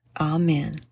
Amen